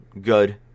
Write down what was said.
good